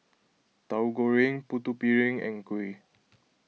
Tauhu Goreng Putu Piring and Kuih